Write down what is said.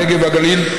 הנגב והגליל,